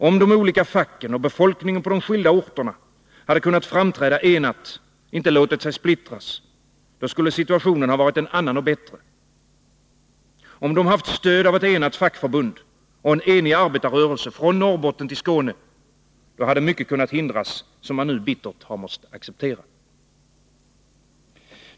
Om de olika facken och befolkningen på de skilda orterna hade kunnat framträda enat, inte låtit sig splittras, då skulle situationen ha varit en annan och bättre. Om de haft stöd av ett enat fackförbund och en enig arbetarrörelse från Norrbotten till Skåne då hade mycket kunnat hindras som man nu bittert måst acceptera.